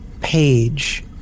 page